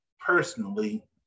personally